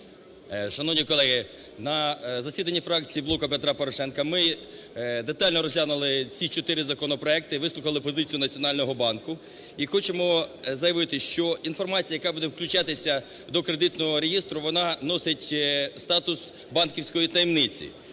Шановні колеги, на засіданні фракції "Блоку Петра Порошенка" ми детально розглянули ці чотири законопроекти і вислухали позицію Національного банку. І хочемо заявити, що інформація, яка буде включатися до кредитного реєстру, вона носить статус банківської таємниці.